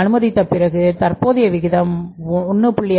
அனுமதித்த பிறகு தற்போதைய விகிதம் 1